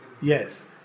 Yes